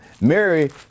Mary